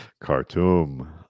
Khartoum